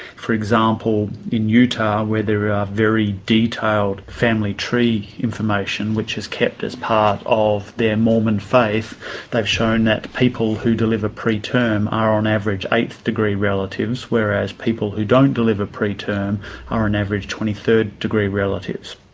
for example in utah where there are very detailed family tree information which is kept as part of their mormon faith they've shown that people who deliver preterm are on average eighth degree relatives whereas people who don't deliver preterm are on average twenty third degree relatives.